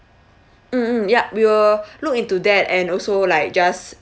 mm mm ya we'll look into that and also like just